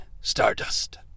Stardust